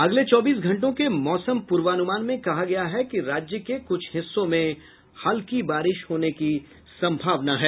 अगले चौबीस घंटों के मौसम पूर्वानुमान में कहा गया है कि राज्य के कुछ हिस्सों में हल्की बारिश होने की संभावना है